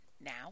now